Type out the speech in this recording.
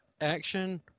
action